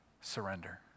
surrender